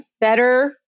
better